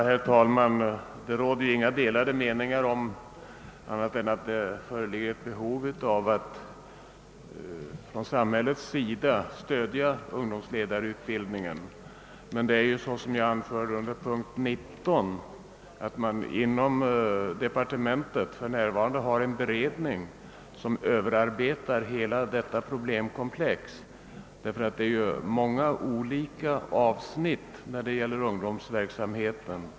Herr talman! Det råder inte delade meningar om .att det. föreligger behov av att samhället stöder ungdomsledarutbildningen. Som jag anförde när vi behandlade punkten 19 har man inom departementet för närvarande en beredning som arbetar med hela detta problemkomplex. Det fordras åtgärder beträffande många olika avsnitt när det gäller ungdomsverksamheten.